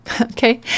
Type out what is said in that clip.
okay